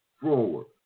forward